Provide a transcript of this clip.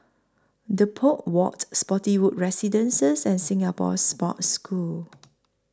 Depot Walk Spottiswoode Residences and Singapore Sports School